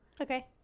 Okay